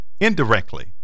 indirectly